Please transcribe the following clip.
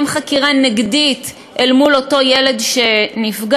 חקירה נגדית אל מול אותו ילד שנפגע.